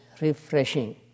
refreshing